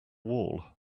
wall